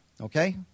Okay